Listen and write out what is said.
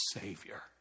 savior